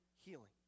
healing